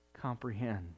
comprehend